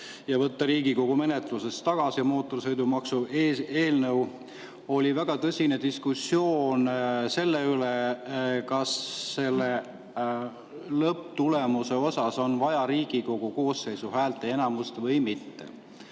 ja võtta Riigikogu menetlusest tagasi mootorsõidukimaksu eelnõu" väga tõsine diskussioon selle üle, kas lõpptulemuseks on vaja Riigikogu koosseisu häälteenamust või mitte.